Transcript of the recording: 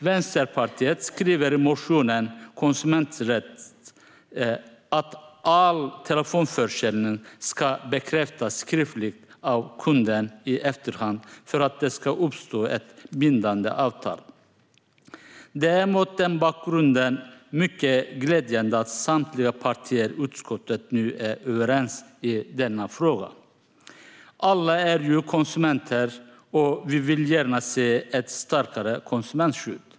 Vänsterpartiet skriver i motionen Konsumenträtt att "all telefonförsäljning ska bekräftas skriftligt av kunden i efterhand för att det ska uppstå ett bindande avtal". Det är mot den bakgrunden mycket glädjande att samtliga partier i utskottet nu är överens i denna fråga. Alla är vi ju konsumenter, och vi vill gärna se ett starkare konsumentskydd.